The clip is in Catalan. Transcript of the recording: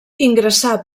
ingressà